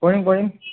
কৰিম কৰিম